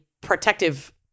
protective